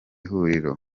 huriro